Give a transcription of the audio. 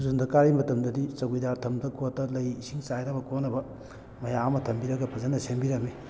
ꯁꯨꯔꯆꯟꯗ꯭ꯔ ꯀꯥꯔꯤ ꯃꯇꯝꯗꯗꯤ ꯆꯧꯀꯤꯗꯥꯔ ꯊꯝꯗꯅ ꯈꯣꯠꯇꯅ ꯂꯩ ꯏꯁꯤꯡ ꯆꯥꯏꯅꯕ ꯈꯣꯠꯅꯕ ꯃꯌꯥꯝ ꯑꯃ ꯊꯝꯕꯤꯔꯒ ꯐꯖꯅ ꯁꯦꯝꯕꯤꯔꯝꯃꯤ